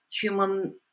human